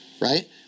Right